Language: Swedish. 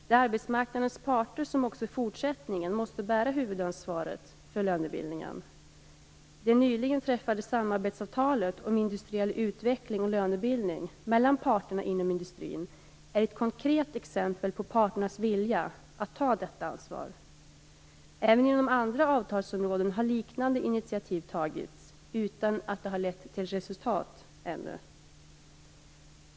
Det är arbetsmarknadens parter som också i fortsättningen måste bära huvudansvaret för lönebildningen. Det nyligen träffade samarbetsavtalet om industriell utveckling och lönebildning mellan parterna inom industrin är ett konkret exempel på parternas vilja att ta detta ansvar. Även inom andra avtalsområden har liknande initiativ tagits utan att det ännu har lett till resultat.